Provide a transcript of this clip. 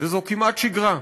וזו כמעט שגרה,